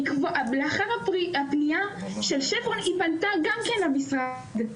לאחר הפנייה של שברון היא פנתה גם כן למשרד,